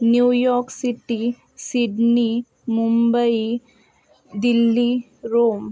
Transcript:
New York city Sydney Mumbai Delhi Rome